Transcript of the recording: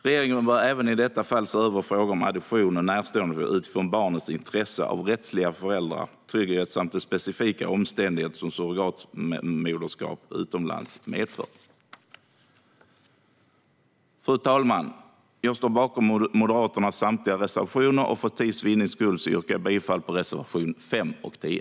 Regeringen bör även i detta fall se över frågan om adoption och närståendeadoption utifrån barnets intresse av rättsliga föräldrar och trygghet samt de specifika omständigheter som surrogatmoderskap utomlands medför. Fru talman! Jag står bakom Moderaternas samtliga reservationer, men för tids vinnande yrkar jag bifall endast till reservationerna 5 och 10.